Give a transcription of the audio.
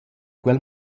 quel